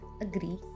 agree